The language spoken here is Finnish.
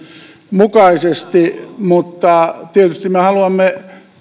mukaisesti mutta tietysti me haluamme